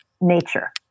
Nature